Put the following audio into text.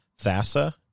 Thassa